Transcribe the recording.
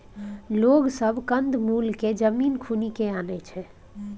लोग सब कंद मूल केँ जमीन खुनि केँ आनय छै